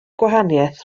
gwahaniaeth